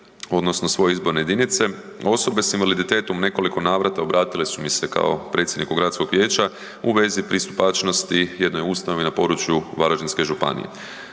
odnosno svoje izborne jedinice. Osobe s invaliditetom u nekoliko navrata obratile su mi se kao predsjedniku gradskog vijeća u vezi pristupačnosti jednoj ustanovi na području Varaždinske županije.